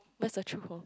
where's your true home